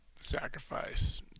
sacrifice